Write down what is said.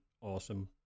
awesome